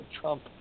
Trump